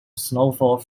snowfall